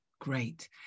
great